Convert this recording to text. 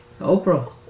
Oprah